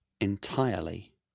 entirely